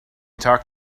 talk